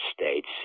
States